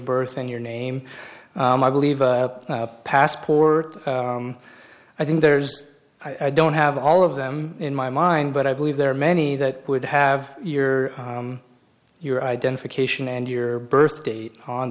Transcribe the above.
birth in your name i believe a passport i think there's i don't have all of them in my mind but i believe there are many that would have your your identification and your birth date on